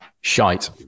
Shite